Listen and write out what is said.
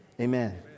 Amen